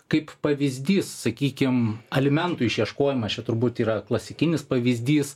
kaip pavyzdys sakykim alimentų išieškojimas čia turbūt yra klasikinis pavyzdys